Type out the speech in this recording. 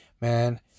man